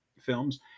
films